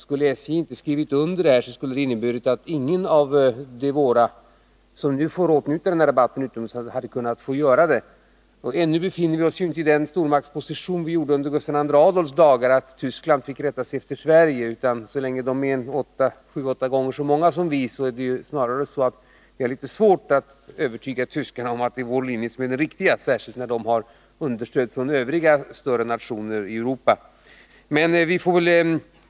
Skulle SJ inte ha skrivit under avtalet hade det inneburit att ingen av de våra som nu åtnjuter den här rabatten utomlands hade kunnat göra det. Ännu befinner vi oss inte i den stormaktsposition vi befann oss i under Gustav II Adolfs dagar, då Tyskland fick rätta sig efter Sverige. Så länge tyskarna är sju åtta gånger så många som vi är det svårt att övertyga dem om att det är vår linje som är den riktiga, särskilt när de har understöd från övriga större nationer i Europa.